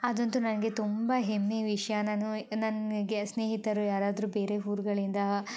ಅದಂತೂ ನನಗೆ ತುಂಬಾ ಹೆಮ್ಮೆಯ ವಿಷಯ ನಾನು ನನಗೆ ಸ್ನೇಹಿತರು ಯಾರಾದರೂ ಬೇರೆ ಊರುಗಳಿಂದ